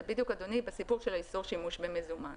זה בדיוק בסיפור של איסור שימוש במזומן.